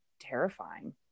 terrifying